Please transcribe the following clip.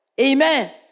Amen